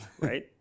right